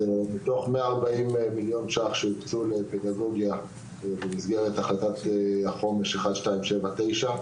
מתוך 140 מיליון שקלים שהוקצו לפדגוגיה במסגרת תוכנית חומש בהחלטה 1279,